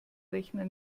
rechner